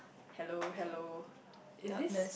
hello hello is this